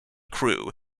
crew